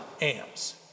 amps